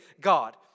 God